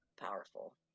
powerful